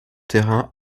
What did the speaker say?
terrain